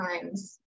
times